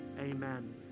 Amen